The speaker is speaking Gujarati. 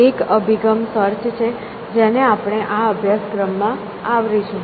એક અભિગમ સર્ચ છે જેને આપણે આ અભ્યાસક્રમમાં અનુસરીશું